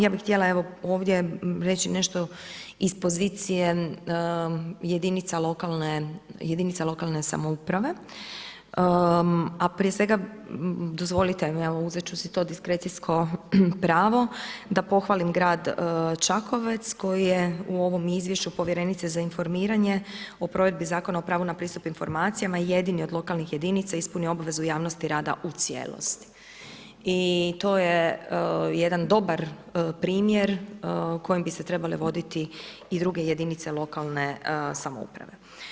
Ja bi htjela evo ovdje reći nešto iz pozicije jedinica lokalne samouprave a prije svega dozvolite mi, evo uzet ću si to diskrecijsko pravo da pohvalim grad Čakovec koji je u ovom izvješću povjerenice za informiranje o provedbi Zakona o pravu na pristup informacijama, jedini od lokalnih jedinica ispunio obvezu javnosti rada u cijelosti i to je jedan dobar primjer kojim bi se trebale voditi i druge jedinice lokalne samouprave.